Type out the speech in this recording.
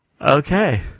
Okay